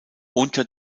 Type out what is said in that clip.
unter